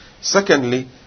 Secondly